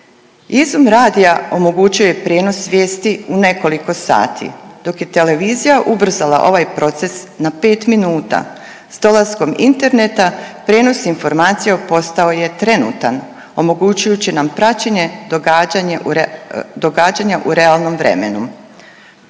izum radija omogućuje i prijenos vijesti u nekoliko sati, dok je televizija ubrzala ovaj proces na 5 minuta. Sa dolaskom interneta prijenos informacija postao je trenutan omogućujući nam praćenje događanja u realnom vremenu.